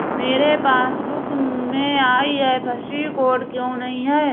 मेरे पासबुक में IFSC code क्यो नहीं है?